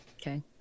Okay